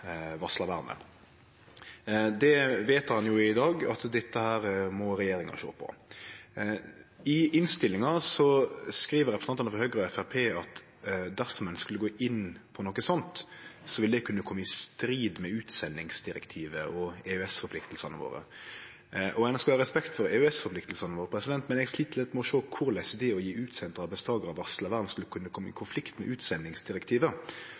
Det vedtek ein jo i dag, at dette må regjeringa sjå på. I innstillinga skriv representantane frå Høgre og Framstegspartiet at dersom ein skulle gå inn på noko sånt, ville det kunne kome i strid med utsendingsdirektivet og EØS-forpliktingane våre. Ein skal ha respekt for EØS-forpliktingane våre, men eg slit litt med å sjå korleis det å gi utsende arbeidstakarar varslarvern skulle kunne kome i konflikt med utsendingsdirektivet.